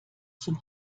zum